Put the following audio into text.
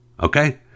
Okay